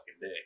day